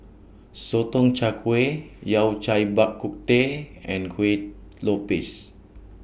Sotong Char Kway Yao Cai Bak Kut Teh and Kueh